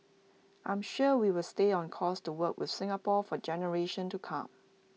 I'm sure we will stay on course to work with Singapore for generations to come